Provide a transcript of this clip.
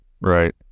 Right